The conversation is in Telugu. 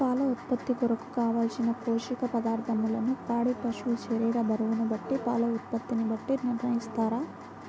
పాల ఉత్పత్తి కొరకు, కావలసిన పోషక పదార్ధములను పాడి పశువు శరీర బరువును బట్టి పాల ఉత్పత్తిని బట్టి నిర్ణయిస్తారా?